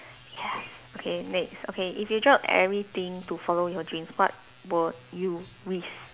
yes okay next okay if you drop everything to follow your dreams what would you risk